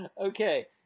okay